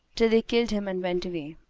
till they killed him and went away.